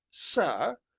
sir,